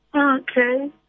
Okay